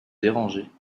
déranger